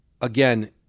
again